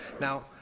Now